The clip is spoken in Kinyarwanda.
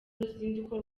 ruzinduko